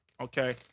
okay